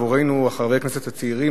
עבורנו חברי הכנסת הצעירים,